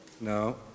No